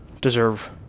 deserve